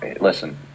listen